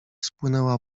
spłynęła